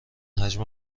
حجم